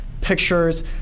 pictures